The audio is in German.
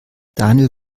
daniel